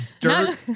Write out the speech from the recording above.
dirt